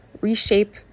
reshape